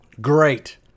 great